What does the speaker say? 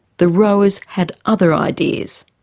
the rowers had other ideas.